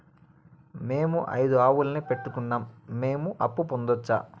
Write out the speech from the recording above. మేము ఐదు ఆవులని పెట్టుకున్నాం, మేము అప్పు పొందొచ్చా